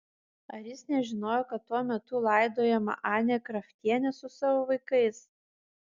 ar jis nežinojo kad tuo metu laidojama anė kraftienė su savo vaikais